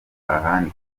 ahandi